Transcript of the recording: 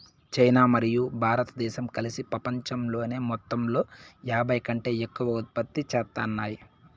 China మరియు భారతదేశం కలిసి పపంచంలోని మొత్తంలో యాభైకంటే ఎక్కువ ఉత్పత్తి చేత్తాన్నాయి